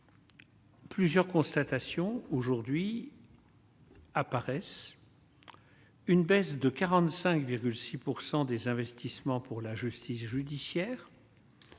Plusieurs constatations aujourd'hui. Apparaissent une baisse de 45,6 pourcent des investissements pour la justice judiciaire.